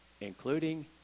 including